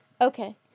Okay